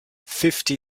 fifty